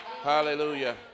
Hallelujah